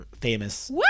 Famous